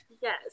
Yes